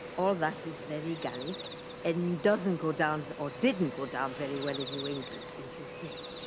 all that is very gallic and doesn't go down or didn't go down very well in new england in his day.